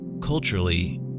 Culturally